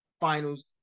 finals